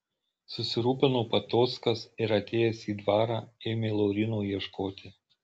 susirūpino patockas ir atėjęs į dvarą ėmė lauryno ieškoti